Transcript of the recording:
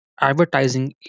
advertising